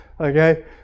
okay